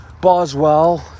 Boswell